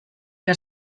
que